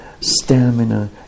stamina